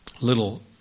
little